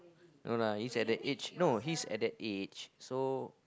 no lah he's at that age no he's at that age so